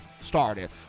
Started